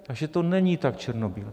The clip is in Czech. Takže to není tak černobílé.